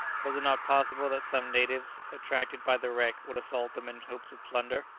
was it not possible that some natives, attracted by the wreck, would assault them in hopes of plunder?